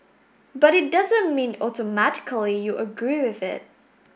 but it doesn't mean automatically you agree with it